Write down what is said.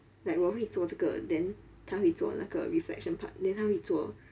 like 我会做这个 then 他会做那个 reflection part then 他会做